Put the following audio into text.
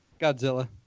Godzilla